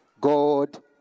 God